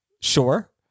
Sure